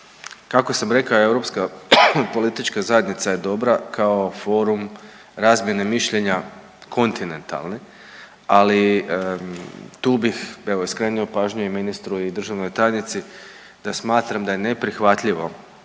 Kako sam rekao europska politička zajednica je dobra kao forum razmjene mišljenja kontinentalni, ali tu bih evo skrenuo pažnji i ministru i državnoj tajnici da smatram da je neprihvatljivo